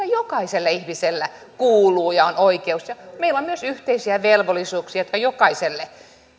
jokaiselle ihmiselle kuuluu ja mihin jokaisella on oikeus meillä on myös yhteisiä velvollisuuksia jotka jokaiselle kuuluvat